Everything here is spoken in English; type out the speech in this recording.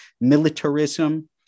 militarism